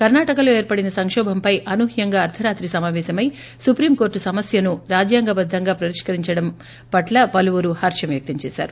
కర్ణాటకలో ఏర్పడిన సంకోభంపై అనూహ్యంగా అర్దరాత్రి సమావేశమై సుప్రీంకోర్టు సమస్యను రాజ్యాంగబద్దంగా పరిష్కరించడం పట్ల పలువురు హర్షం వ్యక్తం చేసారు